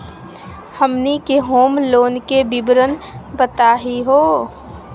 हमनी के home loan के विवरण बताही हो?